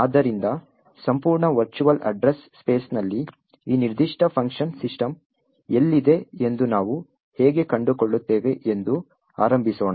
ಆದ್ದರಿಂದ ಸಂಪೂರ್ಣ virtual address ಸ್ಪೇಸ್ನಲ್ಲಿ ಈ ನಿರ್ದಿಷ್ಟ ಫಂಕ್ಷನ್ ಸಿಸ್ಟಮ್ ಎಲ್ಲಿದೆ ಎಂದು ನಾವು ಹೇಗೆ ಕಂಡುಕೊಳ್ಳುತ್ತೇವೆ ಎಂದು ಆರಂಭಿಸೋಣ